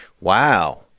Wow